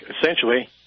essentially